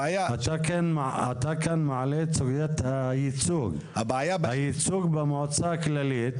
אתה מעלה כאן את סוגית הייצוג במועצה הכללית,